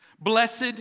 Blessed